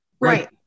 right